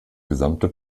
gesamte